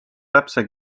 täpse